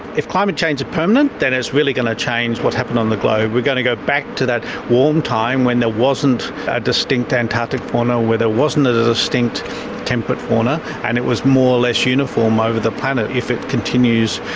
if climate change is permanent then it's really going to change what's happening on the globe. we are going to go back to that warm time when there wasn't a distinct antarctic fauna, where there wasn't a distinct temperate fauna, and it was more or less uniform over the planet, if it continues.